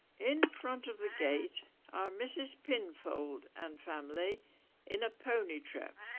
in front of the gate are mrs pinfold and family in a pony trap.